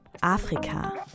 Afrika